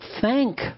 thank